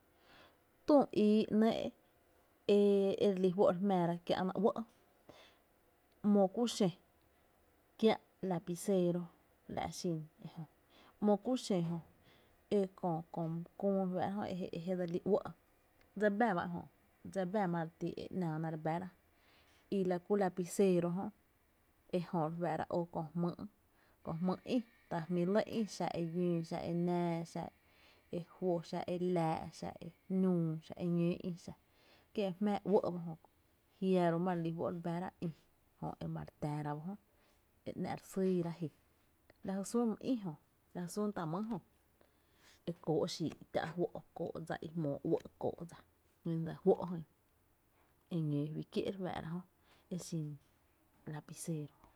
Tü ii nɇɇ’ e e re lí fó’ re jmⱥⱥra kiä’na uɇ´’ ‘mo kü xö kiä’ lapicero la’ xin ejö, ‘mo kü xö jö ǿ kö my küü re fá’ra jö e jé dse lí uɇ’, dsa bá e jö, dsa bá ma re ti e ‘naaná re bⱥrá i la kú lapicero jö, ejö ó kö jmýy’ kö jmý’ ï ta jmí’ lɇ ï, xa e llöö xa e nää xa e juo xa e laa’ xa e nüü xa, e ñóo ï xa kie’ e jmⱥⱥ uɇ’ ba jö kö, jiaro’ má re lí juó’ re bⱥra ï ma re täära ba jö e ‘ná’ re sýyra ji la jy sún my ï jö, la jy sún tá’ mý ejö e kóo’ xii’ i tä’ juó, e kóo’ xii’, jyn dse juó’ jyn, e ñóó ba juy kié’ re fáá’ra jö e xin lapicero.